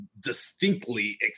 distinctly